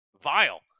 vile